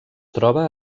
troba